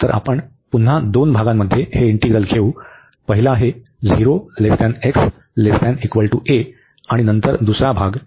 तर आपण पुन्हा दोन भागांमध्ये हे इंटीग्रल घेऊ पहिला आहे आणि नंतर दुसरा भाग